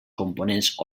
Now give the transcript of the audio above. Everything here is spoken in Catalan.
components